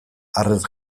harrez